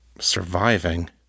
surviving